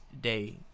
day